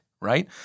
right